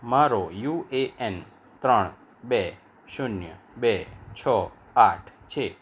મારો U A N ત્રણ બે શૂન્ય બે છ આઠ છે